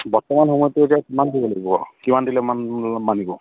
বৰ্তমান সময়টোত এতিয়া কিমান দিব লাগিব কিমান দিলে মানিব